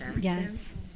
yes